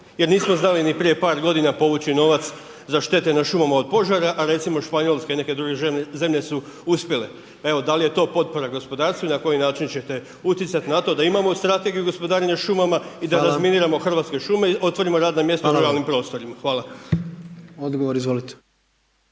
jer nismo znali ni prije par godina povući novac za štete na šumama od požara, a recimo Španjolska i neke druge zemlje su uspjele. Pa evo, dal' je to potpora gospodarstvu i na koji način će te utjecati na to, da imamo Strategiju gospodarenja šumama i da razminiramo hrvatske šume i otvorimo radna mjesta u ruralnim prostorima. Hvala. **Jandroković,